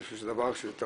אני חושב שזו טעות,